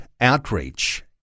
outreach